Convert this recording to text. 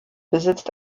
besitzt